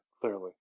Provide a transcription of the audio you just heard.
clearly